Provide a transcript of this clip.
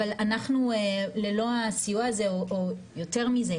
ללא הסיוע הזה או יותר מזה,